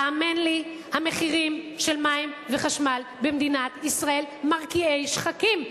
האמן לי שהמחירים של מים וחשמל במדינת ישראל מרקיעי שחקים.